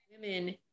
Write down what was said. women